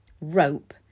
rope